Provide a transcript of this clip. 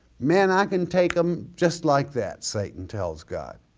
man i can take him just like that, satan tells god.